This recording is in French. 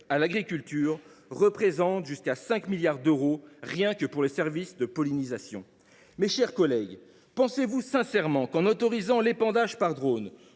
à l’agriculture représente jusqu’à 5 milliards d’euros pour les seuls services de pollinisation. Mes chers collègues, pensez vous sincèrement qu’en autorisant l’épandage par drone,